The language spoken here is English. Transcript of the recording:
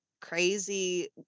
crazy